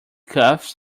cuffs